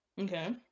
Okay